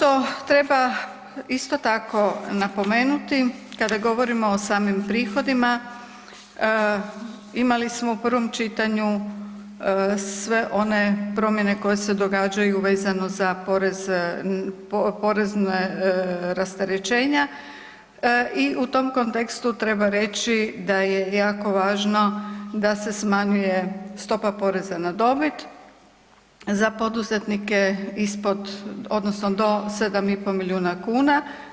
Ono što treba isto tako napomenuti kada govorimo o samim prihodima imali smo u prvom čitanju sve one promjene koje se događaju vezano za porezna rasterećenja i u tom kontekstu treba reći da je jako važno da se smanjuje stopa poreza na dobit za poduzetnike ispod, odnosno do 7 i pol milijuna kuna.